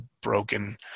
broken